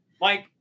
Mike